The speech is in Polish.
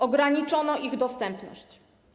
Ograniczono ich dostępność.